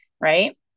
right